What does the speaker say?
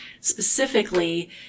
Specifically